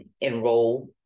enroll